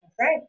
Right